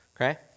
Okay